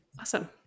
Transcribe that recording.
Awesome